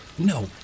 No